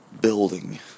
building